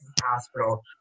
hospital